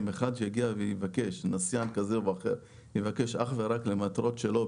אם אחד יגיע ויבקש נסיין כזה או אחר אך ורק למטרות שלו,